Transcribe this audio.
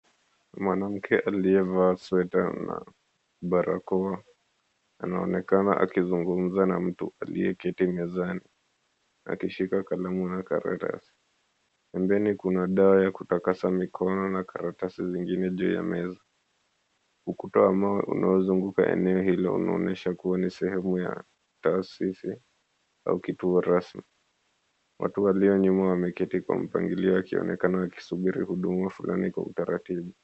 Mwanamke aliyevaa sweta na barakoa anaonekana akizungumza na mtu aliyeketi mezani akishika kalamu na karatasi. Pembeni kuna dawa ya kutakasa mikono na karatasi zingine juu ya meza. Ukuta wa mawe unaozunguka eneo hilo unaonyesha kuwa ni sehemu ya taasisi au kituo rasmi. Watu walio nyuma wameketi kwa mpangilio wakionekana wakisubiri huduma fulani kwa utaratibu.